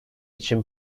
için